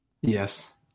yes